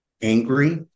angry